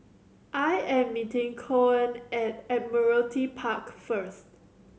I am meeting Coen at Admiralty Park first